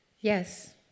Yes